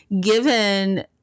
given